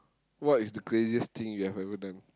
what is the craziest thing you have ever done